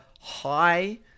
high